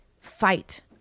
fight